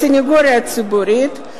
בסניגוריה הציבורית,